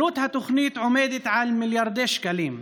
עלות התוכנית עומדת על מיליארדי שקלים,